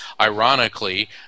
Ironically